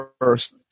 first